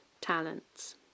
talents